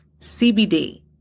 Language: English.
CBD